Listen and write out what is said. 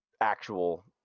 actual